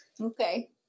Okay